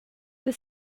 the